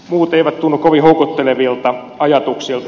muut eivät tunnu kovin houkuttelevilta ajatuksilta